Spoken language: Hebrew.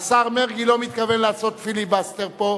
השר מרגי לא מתכוון לעשות פיליבסטר פה,